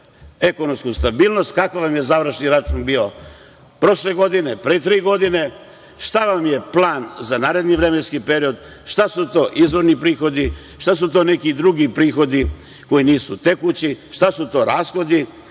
ekonomsku stabilnost, kakav vam je završni račun bio prošle godine, pre tri godine, šta vam je plan za naredni vremenski period, šta su to izvorni prihodi, šta su to neki drugi prihodi koji nisu tekući, šta su to rashodi